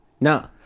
no